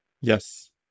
Yes